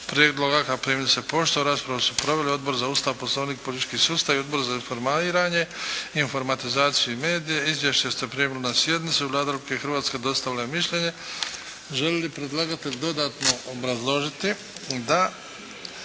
Prijedlog akta primili ste poštom. Raspravu su proveli Odbor za Ustav, Poslovnik i politički sustav i Odbor za informiranje, informatizaciju i medije. Izvješće ste primili na sjednici. Vlada Republike Hrvatske dostavila je mišljenje. Želi li predlagatelj dodatno obrazložiti? Da.